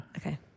Okay